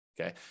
Okay